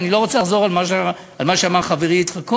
אני לא רוצה לחזור על מה שאמר חברי יצחק כהן.